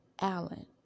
Alan